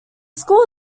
school